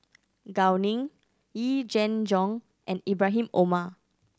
Gao Ning Yee Jenn Jong and Ibrahim Omar